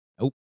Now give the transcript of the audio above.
Nope